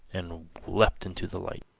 and leapt into the light!